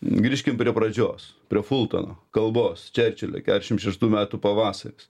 grįžkim prie pradžios prie fultono kalbos čerčilio keturiasdešimt šeštų metų pavasaris